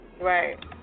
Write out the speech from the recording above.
Right